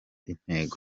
intego